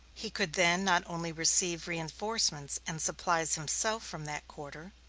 he could then not only receive re-enforcements and supplies himself from that quarter,